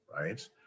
right